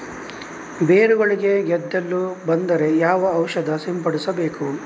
ಬೇರುಗಳಿಗೆ ಗೆದ್ದಲು ಬಂದರೆ ಯಾವ ಔಷಧ ಸಿಂಪಡಿಸಬೇಕು?